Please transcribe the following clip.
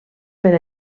per